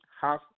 half